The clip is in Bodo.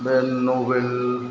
बे नभेल